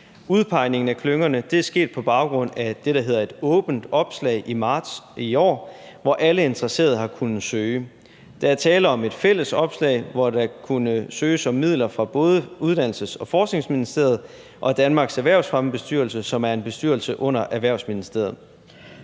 Udpegningen af klyngerne er sket på baggrund af det, der hedder et åbent opslag i marts i år, hvor alle interesserede har kunnet søge. Der er tale om et fælles opslag, hvor der kunne søges om midler fra både Uddannelses- og Forskningsministeriet og Danmarks Erhvervsfremmebestyrelse, som er en bestyrelse under Erhvervsministeriet.